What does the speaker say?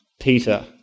Peter